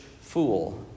fool